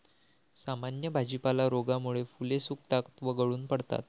सामान्य भाजीपाला रोगामुळे फुले सुकतात व गळून पडतात